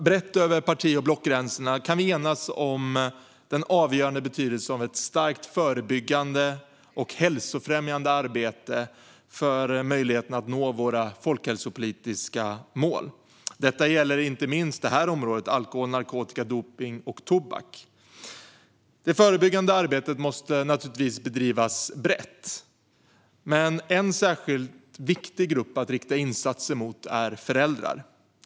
Brett över parti och blockgränserna kan vi enas om den avgörande betydelsen av ett starkt förebyggande och hälsofrämjande arbete för möjligheten att nå våra folkhälsopolitiska mål. Det gäller inte minst detta område - alkohol, narkotika, dopning och tobak. Det förebyggande arbetet måste bedrivas brett, men en särskilt viktig grupp att rikta insatser till är föräldrar.